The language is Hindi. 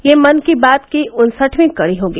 यह मन की बात की उन्सठवीं कडी होगी